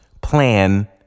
plan